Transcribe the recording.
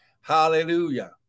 Hallelujah